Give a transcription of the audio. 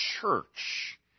church